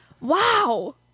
Wow